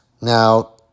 Now